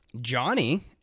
Johnny